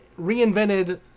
reinvented